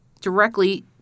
directly